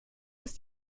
ist